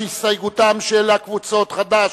ההסתייגות של קבוצת סיעת חד"ש,